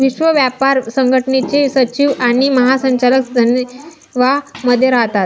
विश्व व्यापार संघटनेचे सचिव आणि महासंचालक जनेवा मध्ये राहतात